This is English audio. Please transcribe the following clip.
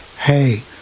hey